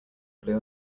blue